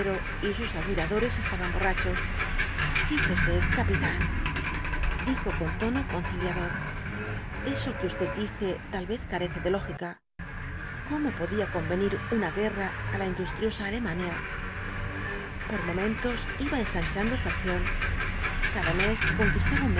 y sus admiradores estaban borrachos fíjese capitán dijo con tono conciliador eso que usted dice tal vez carece de lógica cómo podía convenir una guerra á la industriosa alemania por momentos iba ensanchando su acción cada mes conquistaba